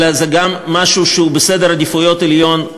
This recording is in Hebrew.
אלא זה גם משהו שהוא בסדר עדיפויות עליון,